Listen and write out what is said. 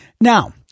Now